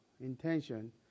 intention